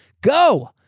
Go